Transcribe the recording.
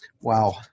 Wow